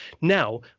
Now